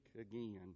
again